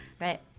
Right